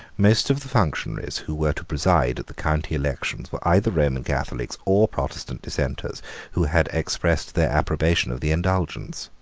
most of the functionaries who were to preside at the county elections were either roman catholics or protestant dissenters who had expressed their approbation of the indulgence.